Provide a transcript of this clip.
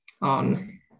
on